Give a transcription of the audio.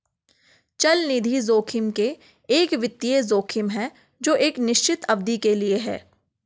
चलनिधि जोखिम एक वित्तीय जोखिम है जो एक निश्चित अवधि के लिए है